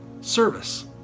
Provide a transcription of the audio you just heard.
service